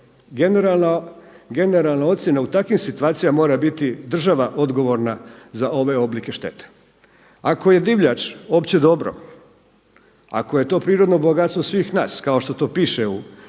generalna ocjena u takvim situacijama mora biti država odgovorna za ove oblike štete. Ako je divljač opće dobro, ako je to prirodno bogatstvo svih nas kao što to piše u